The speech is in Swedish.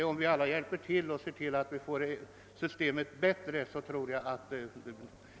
Om vi alla hjälper till att förbättra detta system tror jag att alla skall bli nöjda. Herr talman!